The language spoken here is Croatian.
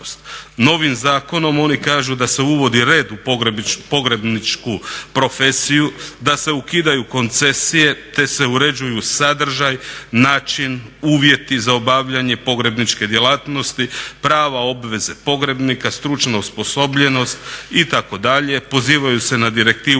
Novim zakonom oni kažu da se uvodi red u pogrebničku profesiju, da se ukidaju koncesije, te se uređuju sadržaj, način, uvjeti za obavljanje pogrebničke djelatnosti, prava i obveze pogrebnika, stručna osposobljenost itd. Pozivaju se na direktivu